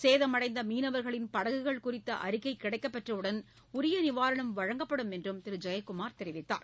சேதமடைந்த மீனவர்களின் படகுகள் குறித்த அறிக்கை கிடைக்கப் பெற்றவுடன் உரிய நிவாரணம் வழங்கப்படும் என்றும் திரு ஜெயக்குமார் தெரிவித்தார்